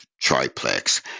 triplex